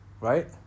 Right